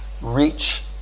reach